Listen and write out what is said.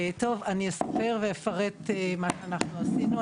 אספר ואפרט מה אנחנו עשינו.